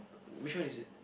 which one is it